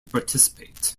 participate